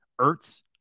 Ertz